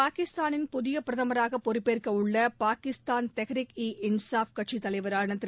பாகிஸ்தானின் புதிய பிரதமராக பொறுப்பேற்கவுள்ள பாகிஸ்தான் தெஹ்ரிக் ஈ இன்சாஃப் கட்சித் தலைவரான திரு